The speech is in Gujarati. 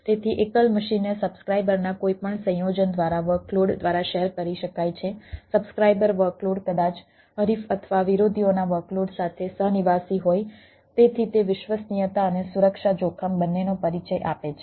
તેથી એકલ મશીનને સબ્સ્ક્રાઇબરના કોઈપણ સંયોજન દ્વારા વર્કલોડ દ્વારા શેર કરી શકાય છે સબ્સ્ક્રાઇબર વર્કલોડ કદાચ હરીફ અથવા વિરોધીઓના વર્કલોડ સાથે સહ નિવાસી હોય તેથી તે વિશ્વસનીયતા અને સુરક્ષા જોખમ બંનેનો પરિચય આપે છે